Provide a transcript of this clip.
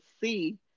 see